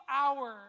hour